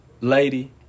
Lady